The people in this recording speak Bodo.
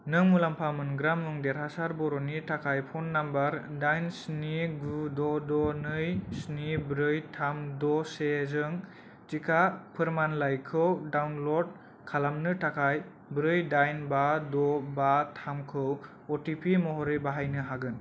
नों मुलाम्फा मोनग्रा मुं देरहासार बर'नि थाखाय फ'न नम्बर दाइन स्नि गु द' द' नै स्नि ब्रै थाम द' से जों टिका फोरमानलाइखौ डाउनल'ड खालामनो थाखाय ब्रै दाइन बा द' बा थामखौ अ टि पि महरै बाहायनो हागोन